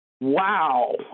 Wow